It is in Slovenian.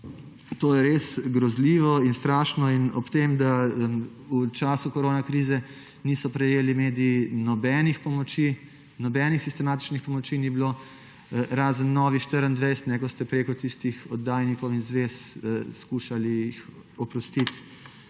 To je res grozljivo in strašno; hkrati pa v času koronakrize niso prejeli mediji nobenih pomoči, nobenih sistematičnih pomoči ni bilo, razen Novi24TV, ko ste jih preko tistih oddajnikov in zvez skušali oprostiti